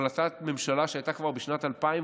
זאת החלטת ממשלה שהייתה כבר בשנת 2011